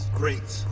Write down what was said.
great